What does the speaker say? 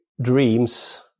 Dreams